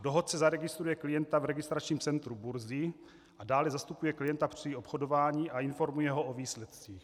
Dohodce zaregistruje klienta v registračním centru burzy a dále zastupuje klienta při obchodování a informuje ho o výsledcích.